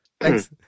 Thanks